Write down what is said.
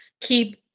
keep